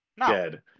Dead